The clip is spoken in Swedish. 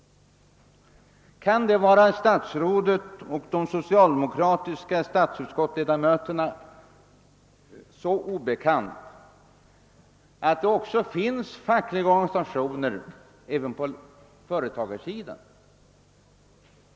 Kan det vara statsrådet och de social demokratiska ledamöterna av statsutskottet så obekant att det finns fackliga organisationer även på företagarområdet?